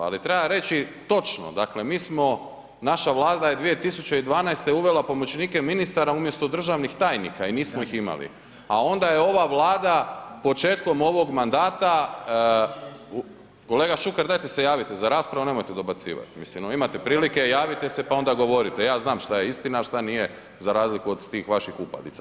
Ali treba reći točno dakle mi smo, naša vlada je 2012. uvela pomoćnike ministara umjesto državnih tajnika i mi smo ih imali, a onda je ova Vlada početkom ovog mandata, kolega Šuker dajte se javite za raspravu nemojte dobacivati, mislim imate prilike javite se pa onda govorite, ja znam šta je istina, a šta nije za razliku od tih vaših upadica.